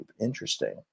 Interesting